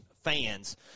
fans